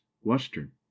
western